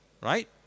Right